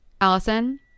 Allison